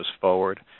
forward